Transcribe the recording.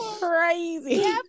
crazy